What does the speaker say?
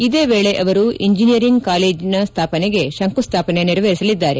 ಇದೇ ವೇಳೆ ಅವರು ಇಂಜಿನಿಯರಿಂಗ್ ಕಾಲೇಜಿಗೆ ಶಂಕುಸ್ಥಾಪನೆ ನೆರವೇರಿಸಲಿದ್ದಾರೆ